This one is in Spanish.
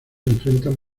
enfrentan